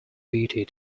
beauty